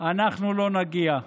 אנחנו לא נגיע.